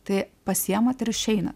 tai pasiimat ir išeinat